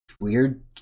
weird